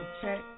check